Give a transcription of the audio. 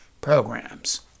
programs